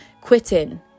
quitting